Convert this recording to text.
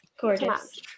gorgeous